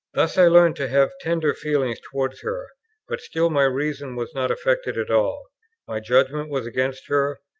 thus i learned to have tender feelings towards her but still my reason was not affected at all. my judgment was against her,